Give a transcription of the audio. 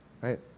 right